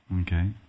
Okay